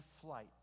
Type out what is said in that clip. flight